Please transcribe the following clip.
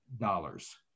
dollars